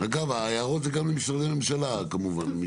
אגב, ההערות הן גם לגורמי הממשלה, כמובן.